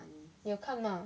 你有看吗